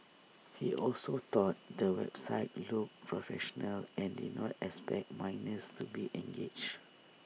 he also thought the website looked professional and did not expect minors to be engaged